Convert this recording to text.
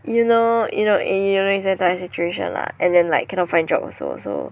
you know you know situation lah and then like cannot find job also so